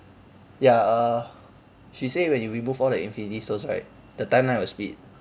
ya err she say when you remove all the infinity stones right the timeline will split